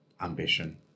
ambition